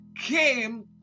came